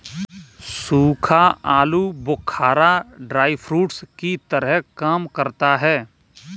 सूखा आलू बुखारा ड्राई फ्रूट्स की तरह काम करता है